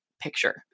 picture